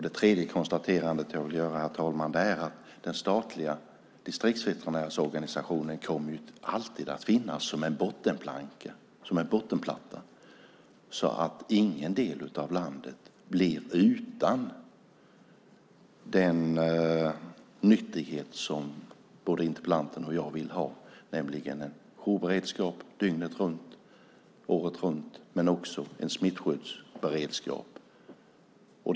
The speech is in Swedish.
Det tredje konstaterandet jag vill göra, herr talman, är att den statliga distriktsveterinärsorganisationen alltid kommer att finnas som en bottenplatta så att ingen del av landet blir utan den nyttighet som både interpellanten och jag vill ha, nämligen en jourberedskap dygnet runt och året runt men också en smittskyddsberedskap.